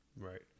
Right